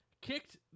Kicked